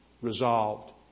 resolved